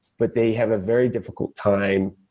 but they have a very difficult time